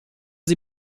sie